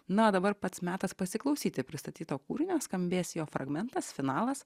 na o dabar pats metas pasiklausyti pristatyto kūrinio skambės jo fragmentas finalas